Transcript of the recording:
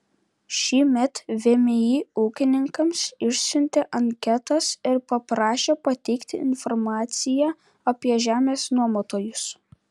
šįmet vmi ūkininkams išsiuntė anketas ir paprašė pateikti informaciją apie žemės nuomotojus